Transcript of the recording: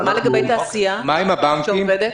ומה לגבי תעשייה שעובדת?